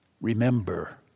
Remember